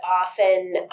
often